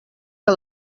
que